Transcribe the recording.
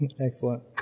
Excellent